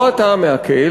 לא אתה המעקל,